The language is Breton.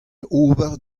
ober